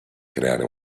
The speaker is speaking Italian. creare